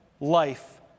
life